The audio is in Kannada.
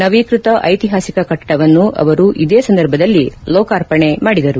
ನವೀಕೃತ ಐತಿಹಾಸಿಕ ಕಟ್ಟಡವನ್ನು ಅವರು ಇದೇ ಸಂದರ್ಭದಲ್ಲಿ ಲೋಕಾರ್ಪಣೆ ಮಾಡಿದರು